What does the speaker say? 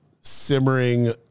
simmering